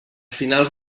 finals